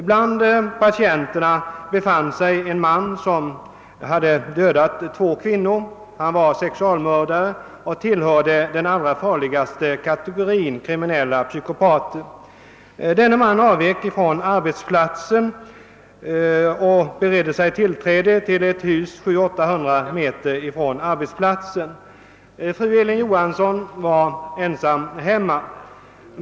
Bland patienterna befann sig en man som hade överfallit två kvinnor. Han var sexualmördare och tillhörde den allra farligaste kategorin av kriminella psykopater. Denne man avvek från arbetsplatsen och beredde sig tillträde till ett hus, 700—800 meter från arbetsplatsen, där fru Elin Johansson var ensam hemma.